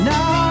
Now